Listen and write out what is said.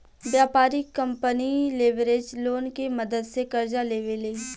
व्यापारिक company leverage loan के मदद से कर्जा लेवे ले